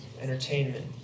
entertainment